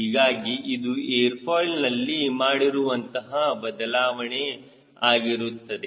ಹೀಗಾಗಿ ಇದು airfoil ನಲ್ಲಿ ಮಾಡಿರುವಂತಹ ಬದಲಾವಣೆ ಆಗಿರುತ್ತದೆ